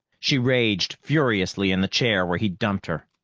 she raged furiously in the chair where he'd dumped her,